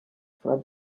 for